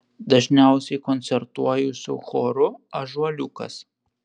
dažniausiai koncertuoju su choru ąžuoliukas